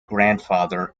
grandfather